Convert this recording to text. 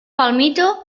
palmito